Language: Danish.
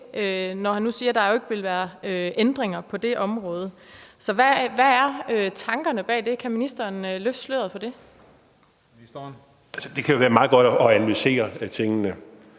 når han nu siger, at der ikke vil være ændringer på det område? Hvad er tankerne bag det? Kan ministeren løfte sløret for det? Kl. 15:08 Tredje næstformand (Christian